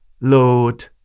Lord